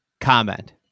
comment